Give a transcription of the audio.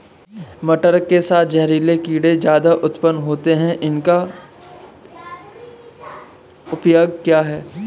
मटर के साथ जहरीले कीड़े ज्यादा उत्पन्न होते हैं इनका उपाय क्या है?